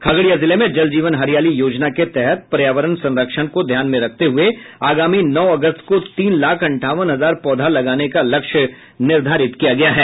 खगड़िया जिले में जल जीवन हरियाली योजना के तहत पर्यावरण संरक्षण को ध्यान में रखते हुये आगामी नौ अगस्त को तीन लाख अंठावन हजार पौधा लगाने का लक्ष्य निर्धारित किया गया है